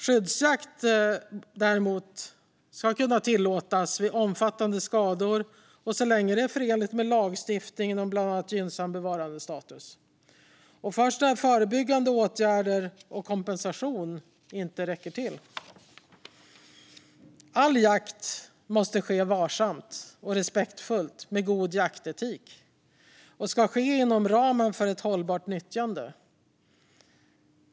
Skyddsjakt ska däremot tillåtas vid omfattande skador och så länge det är förenligt med lagstiftningen om bland annat gynnsam bevarandestatus - först när förebyggande åtgärder och kompensation inte räcker till. All jakt måste ske varsamt och respektfullt med god jaktetik. Den ska ske inom ramen för ett hållbart nyttjande.